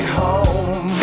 home